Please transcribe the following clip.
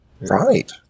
Right